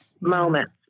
moments